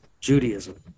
judaism